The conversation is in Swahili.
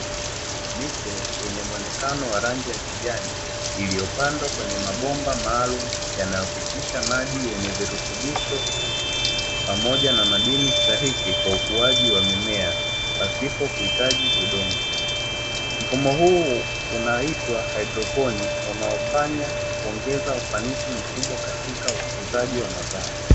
Miche yenye muonekano wa rangi ya kijani, iliyopandwa kwenye mabomba maalumu yanayopitisha maji yenye virutubisho, pamoja na madini stahiki kwa ukuaji wa mimea pasipo kuhitaji udongo, mfumo huu unaitwa haidroponi unaofanya kuongeza ufanisi mkubwa katika ukuzaji wa mazao.